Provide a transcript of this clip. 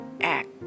act